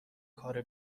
کار